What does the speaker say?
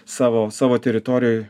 savo savo teritorijoj